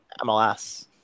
MLS